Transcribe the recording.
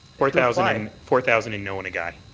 four thousand i mean four thousand and knowing a guy.